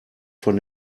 von